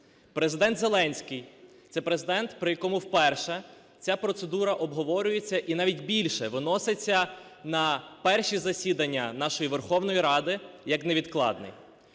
Президент Зеленський – це Президент, при якому вперше ця процедура обговорюється і, навіть більше, виноситься на перші засідання нашої Верховної Ради як невідкладний.